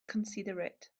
considerate